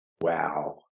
Wow